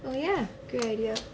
oh ya good idea